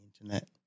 internet